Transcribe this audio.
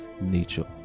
nature